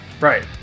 Right